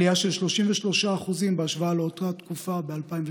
עלייה של 33% בהשוואה לאותה תקופה ב-2019.